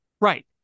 Right